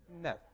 No